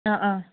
ആ ആ